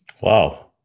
Wow